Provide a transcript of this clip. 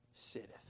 sitteth